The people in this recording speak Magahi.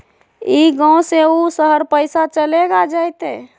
ई गांव से ऊ शहर पैसा चलेगा जयते?